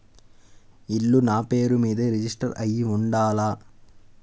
ఇల్లు నాపేరు మీదే రిజిస్టర్ అయ్యి ఉండాల?